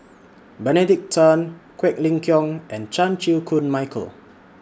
Benedict Tan Quek Ling Kiong and Chan Chew Koon Michael